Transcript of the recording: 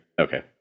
Okay